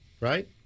Right